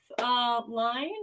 Line